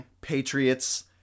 Patriots